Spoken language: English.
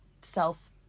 self